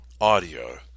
audio